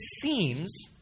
seems